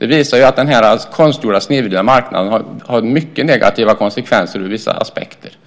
Den konstgjorda marknaden har ur vissa aspekter mycket negativa konsekvenser.